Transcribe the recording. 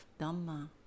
Dhamma